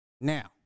now